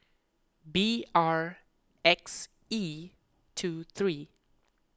B R X E two three